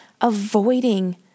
avoiding